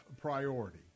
priority